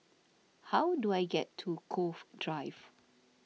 how do I get to Cove Drive